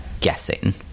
guessing